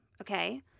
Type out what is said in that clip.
okay